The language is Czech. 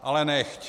Ale nechť.